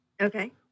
Okay